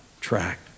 track